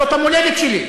זאת המולדת שלי.